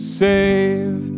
save